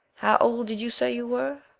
how old did you say you were?